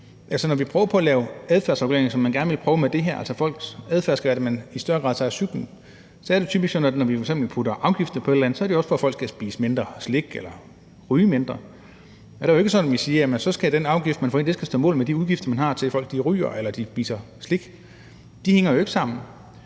at lave adfærdsregulering, som man gerne vil prøve med det her, altså at man gerne vil have, at folk i højere grad tager cyklen, så er det jo typisk sådan, at når vi f.eks. lægger afgifter på et eller andet, så er det jo også, for at folk skal spise mindre slik eller ryge mindre. Og der er det jo ikke sådan, at vi siger, at så skal den afgift, man pålægger, stå mål med de udgifter, man har til, at folk ryger eller spiser slik. De to ting hænger jo ikke sammen.